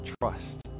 trust